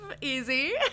easy